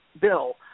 Bill